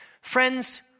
Friends